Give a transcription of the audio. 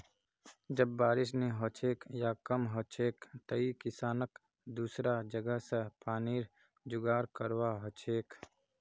जब बारिश नी हछेक या कम हछेक तंए किसानक दुसरा जगह स पानीर जुगाड़ करवा हछेक